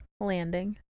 landing